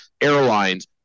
airlines